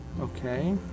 Okay